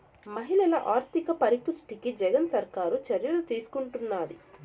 మహిళల ఆర్థిక పరిపుష్టికి జగన్ సర్కారు చర్యలు తీసుకుంటున్నది